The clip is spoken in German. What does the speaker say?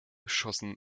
schossen